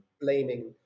blaming